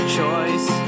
choice